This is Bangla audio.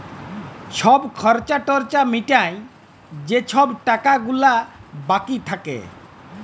ছব খর্চা টর্চা মিটায় যে ছব টাকা গুলা বাকি থ্যাকে